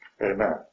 Amen